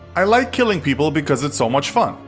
i like killing people because it's so much fun.